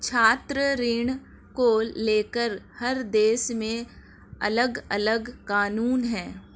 छात्र ऋण को लेकर हर देश में अलगअलग कानून है